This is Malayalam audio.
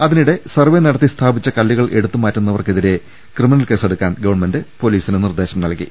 അതി നിടെ സർവേ നടത്തി സ്ഥാപിച്ച കല്ലുകൾ എടുത്തുമാറ്റുന്നവർക്കെതിരെ ക്രിമിനൽ കേസെടുക്കാൻ ഗവൺമെന്റ് പൊലീസിന് നിർദ്ദേശം നൽകി